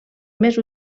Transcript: més